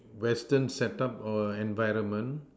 Western set up or environment